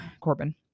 Corbin